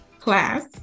class